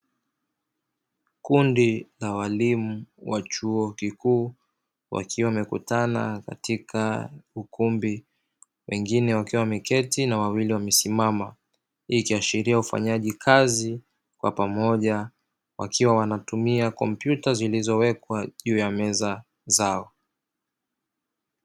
Kundi la walimu wa chuo kikuu wakiwa wamekutana katika ukumbi, wengine wakiwa wameketi na wawili wamesimama. Hii ikiashiria ufanyaji kazi wa pamoja wakiwa wanatumia kompyuta zilizowekwa juu ya meza zao.